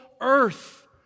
earth